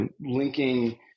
linking